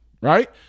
right